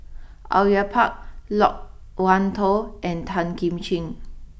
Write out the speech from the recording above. Au Yue Pak Loke Wan Tho and Tan Kim Ching